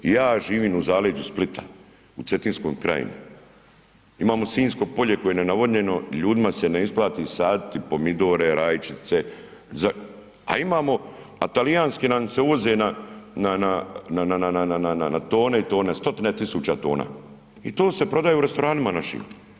Ja živim u zaleđu Splita u Cetinskoj krajini, imamo Sinjsko polje koje je nenavodnjeno ljudima se ne isplati saditi pomidore, rajčice, a talijanske nam se ulaze na tone i tone, stotine tisuća tona i to se prodaje u restoranima našim.